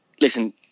Listen